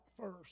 first